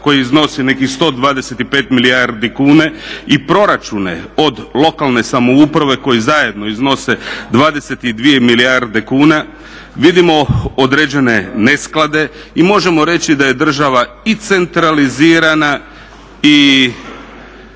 koje iznosi nekih 125 milijardi kune i proračune od lokalne samouprave koji zajedno iznose 22 milijarde kuna vidimo određene nesklade i možemo reći da je država i centralizirana i